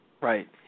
Right